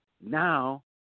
Now